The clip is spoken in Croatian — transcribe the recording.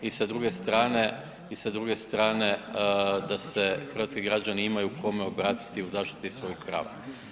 I sa druge strane, i sa druge strane, da se hrvatski građani imaju kome obratiti u zaštiti svojih prava.